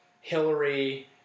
Hillary